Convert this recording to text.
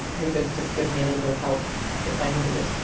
who could just give me a little bit of help if i needed it.